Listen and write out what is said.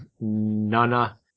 Nana